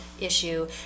issue